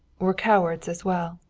were cowards as well.